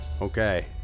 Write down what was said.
okay